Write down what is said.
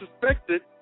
suspected